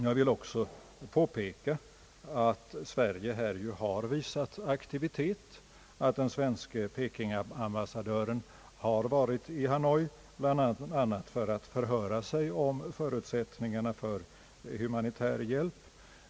Jag vill också påpeka att Sverige har visat aktivitet här. Den svenske pekingambassadören har varit i Hanoi, bl.a. för att förhöra sig om förutsättningarna för humanitär hjälp.